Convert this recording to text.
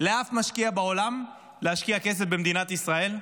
לאף משקיע בעולם להשקיע כסף במדינת ישראל.